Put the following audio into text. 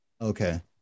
Okay